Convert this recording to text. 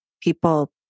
people